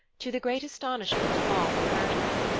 to the great astonishment of all who heard her.